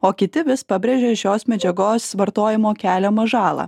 o kiti vis pabrėžia šios medžiagos vartojimo keliamą žalą